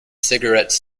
cigarette